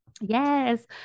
yes